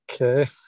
okay